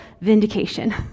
vindication